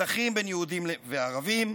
מתחים בין יהודים לערבים,